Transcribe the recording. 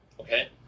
Okay